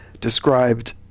described